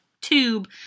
tube